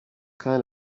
kind